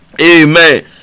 Amen